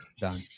Done